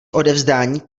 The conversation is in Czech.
odevzdání